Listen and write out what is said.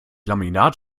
laminat